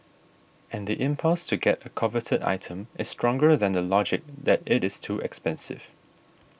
and the impulse to get a coveted item is stronger than the logic that it is too expensive